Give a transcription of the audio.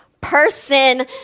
person